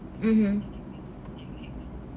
mmhmm